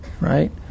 right